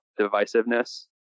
divisiveness